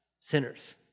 sinners